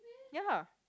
ya